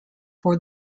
for